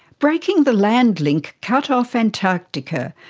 breaking the land-link cut off antarctica,